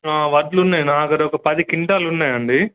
వడ్లున్నాయి నా దగ్గర ఒక పది క్వింటాలు ఉన్నాయండి